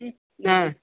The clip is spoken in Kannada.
ಹ್ಞೂ ಹಾಂ